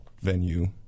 venue